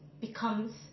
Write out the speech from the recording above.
becomes